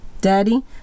Daddy